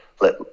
let